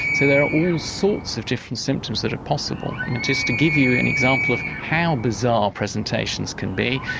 so there are all sorts of different symptoms that are possible um and just to give you an example of how bizarre presentations can be,